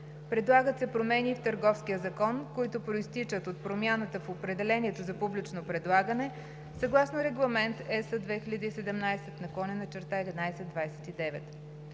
Предлагат се промени и в Търговския закон, които произтичат от промяната в определението за публично предлагане съгласно Регламент (ЕС) 2017/1129.